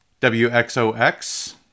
WXOX